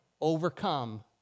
overcome